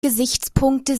gesichtspunkte